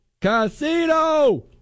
Casino